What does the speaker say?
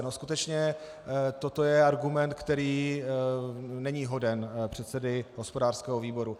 Skutečně toto je argument, který není hoden předsedy hospodářského výboru.